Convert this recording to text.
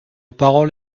parole